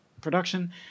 production